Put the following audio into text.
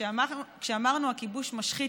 כשאמרנו שהכיבוש משחית,